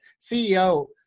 CEO